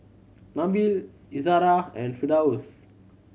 Nabil Izara and Firdaus